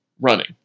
running